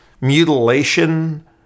mutilation